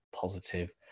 positive